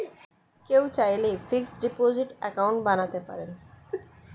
কেউ চাইলে fixed deposit account বানাতে পারেন